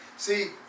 See